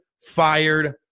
fired